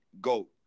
go